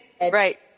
Right